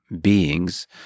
beings